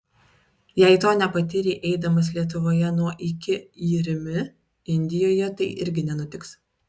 jei to nepatyrei eidamas lietuvoje nuo iki į rimi indijoje tai irgi nenutiks